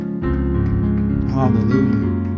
Hallelujah